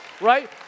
right